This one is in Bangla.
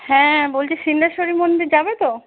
হ্যাঁ বলছি সিদ্ধেশ্বরী মন্দির যাবে তো